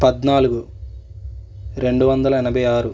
పద్నాలుగు రెండు వందల ఎనభై ఆరు